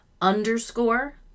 Underscore